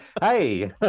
Hey